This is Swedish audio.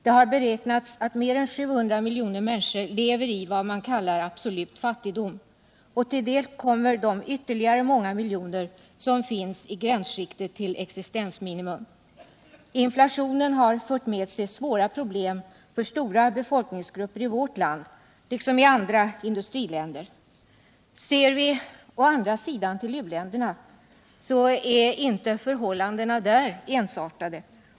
Det har beräknats att mer än 700 miljoner människor lever i vad som kallas absolut fattigdom. Därtill kommer de många miljoner som befinner sig nära existensminimum. Inflationen har fört med sig svåra problem för stora befolkningsgrupper i vårt land liksom i andra industriländer. Ser vi å andra sidan på u-länderna finner vi att förhållandena inte är ensartade.